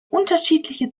unterschiedliche